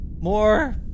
More